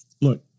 Look